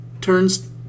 turns